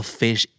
fish